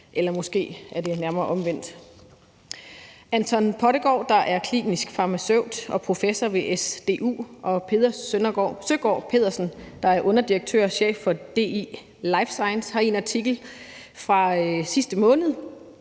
eller måske er det nærmere omvendt. Anton Pottegård, der er klinisk farmaceut og professor ved SDU, og Peder Søgaard-Pedersen, der er underdirektør og chef for DI Life Science, har i en artikel fra sidste måned